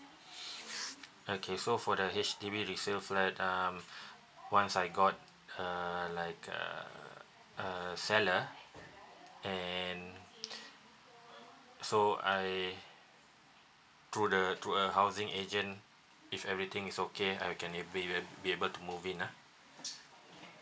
okay so for the H_D_B resale flat um once I got uh like uh a seller and so I through the through a housing agent if everything is okay I can able be a~ be able to move in lah